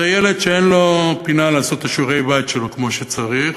זה ילד שאין לו פינה לעשות את שיעורי הבית שלו כמו שצריך.